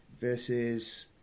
versus